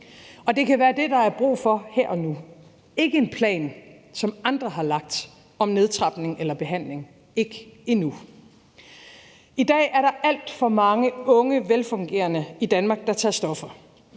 og det kan være det, der er brug for her og nu – ikke en plan, som andre har lagt, om nedtrapning eller behandling, ikke endnu. I dag er der alt for mange unge og velfungerende i Danmark, der tager stoffer.